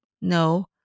No